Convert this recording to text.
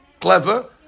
clever